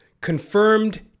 Confirmed